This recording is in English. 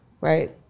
Right